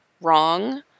wrong